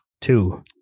two